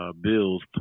Bills